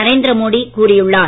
நரேந்திர மோடி கூறியுள்ளார்